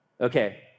Okay